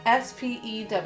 SPEW